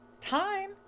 Time